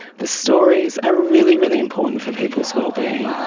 the stories are really, really important for people's well-being.